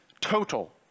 total